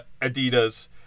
Adidas